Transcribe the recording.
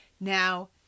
Now